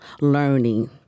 learning